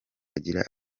agira